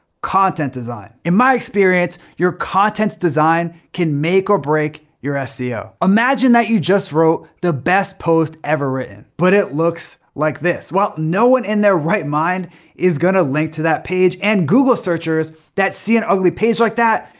content design. in my experience, your content's design can make or break your seo. imagine that you just wrote the best post ever written, but it looks like this. well no one in their right mind is gonna link to that page, and google searchers that see an ugly page like that,